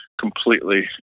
completely